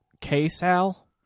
K-Sal